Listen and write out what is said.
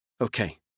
Okay